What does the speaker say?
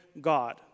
God